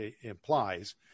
implies